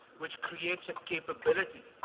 which creates a capability.